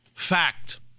Fact